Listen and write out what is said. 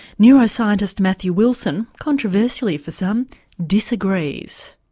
neuroscientist matthew wilson controversially for some disagrees.